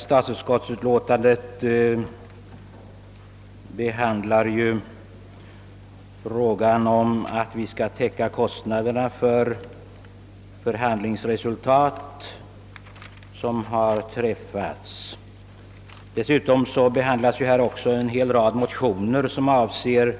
Statsutskottets förevarande utlåtande handlar om täckandet av sådana kostnader som uppkommit som en följd av träffade förhandlingsöverenskommelser, och dessutom behandlas en hel mängd motioner som rör